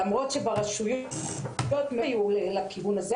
למרות שהרשויות גם הלכו לכיוון הזה